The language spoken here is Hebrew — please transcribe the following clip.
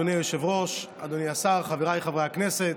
אדוני היושב-ראש, אדוני השר, חבריי חברי הכנסת,